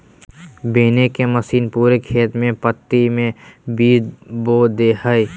बोने के मशीन पूरे खेत में पंक्ति में बीज बो दे हइ